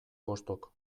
bostok